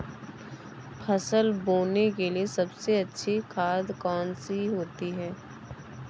फसल बोने के लिए सबसे अच्छी खाद कौन सी होती है?